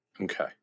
Okay